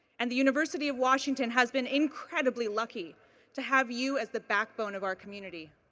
and the university of washington has been incredibly lucky to have you as the backbone of our community.